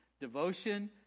Devotion